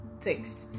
text